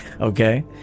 okay